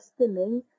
stimming